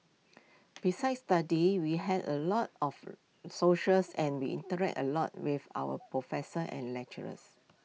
besides studies we had A lot of socials and we interacted A lot with our professors and lecturers